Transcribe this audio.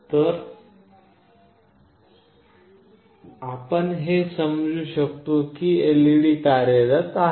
तर जर आपण हे समजू शकतो की हे LED कार्यरत LED आहे